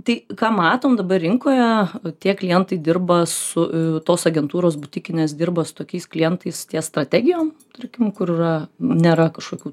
tai ką matom dabar rinkoje tie klientai dirba su tos agentūros butikinės dirba su tokiais klientais ties strategijom tarkim kur yra nėra kažkokių